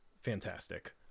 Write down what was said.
fantastic